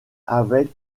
avec